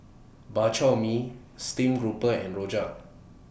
Bak Chor Mee Stream Grouper and Rojak